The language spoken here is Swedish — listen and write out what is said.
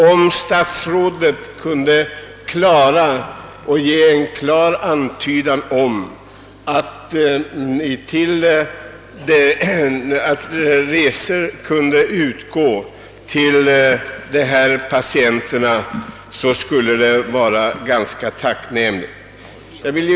Om statsrådet kunde ge en klar antydan om att reseersättning kan utgå till ifrågavarande patienter vore det tacknämligt.